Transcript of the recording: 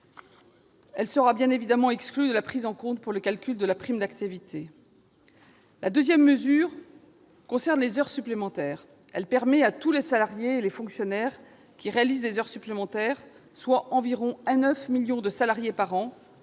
la CRDS. Bien évidemment, elle ne sera pas prise en compte pour le calcul de la prime d'activité. La deuxième mesure concerne les heures supplémentaires : elle permet à tous les salariés et les fonctionnaires qui réalisent des heures supplémentaires, soit environ 9 millions de personnes